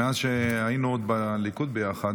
מאז שהיינו עוד בליכוד ביחד,